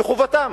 וחובתם,